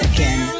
Again